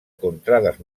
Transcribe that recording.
contrades